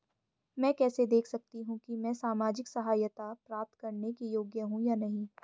मैं कैसे देख सकती हूँ कि मैं सामाजिक सहायता प्राप्त करने के योग्य हूँ या नहीं?